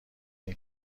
این